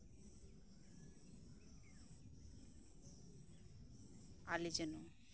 ᱟᱞᱮ ᱡᱮᱱᱚ